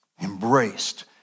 embraced